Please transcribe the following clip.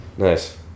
nice